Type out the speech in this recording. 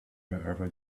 wherever